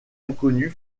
inconnue